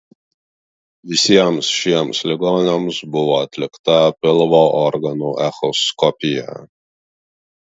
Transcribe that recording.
visiems šiems ligoniams buvo atlikta pilvo organų echoskopija